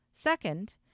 Second